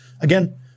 Again